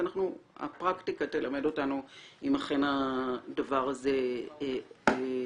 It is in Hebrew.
הפרקטיקה תלמד אותנו אם אכן הדבר הזה עובד,